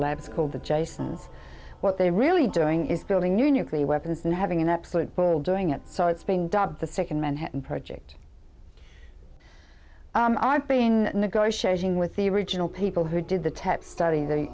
labs called the jasons what they really doing is building nuclear weapons and having an absolute ball doing it so it's been dubbed the second manhattan project i've been negotiating with the original people who did the tech study the